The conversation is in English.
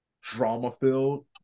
drama-filled